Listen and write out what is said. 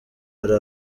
hari